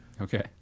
Okay